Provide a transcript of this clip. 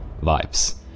vibes